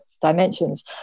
dimensions